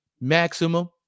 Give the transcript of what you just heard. maximum